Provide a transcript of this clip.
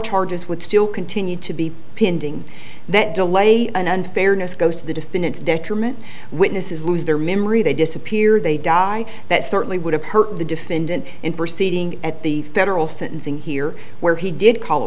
charges would still continue to be pinching that delay and unfairness goes to the defendant's detriment witnesses lose their memory they disappear they die that certainly would have hurt the defendant in proceeding at the federal sentencing here where he did call a